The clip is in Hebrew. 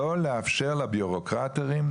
לא לאפשר לבירוקרטורים,